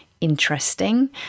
interesting